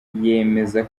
yemeza